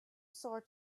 sort